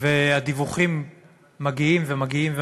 והדיווחים מגיעים ומגיעים ומגיעים,